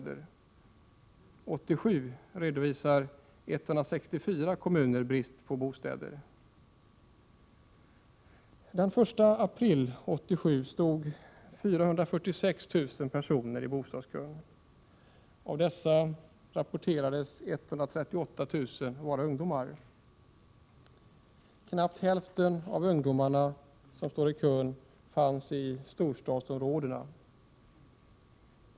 1987 redovisar 164 kommuner brist på bostäder. Den 1 april 1987 stod 446 000 personer i bostadskö. Av dessa rapporterades 138 000 vara ungdomar. Knappt hälften av antalet ungdomar som stod i kö fanns i storstadsområdena.